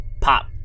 pop